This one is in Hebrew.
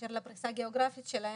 באשר לפריסה הגיאוגרפית שלהן,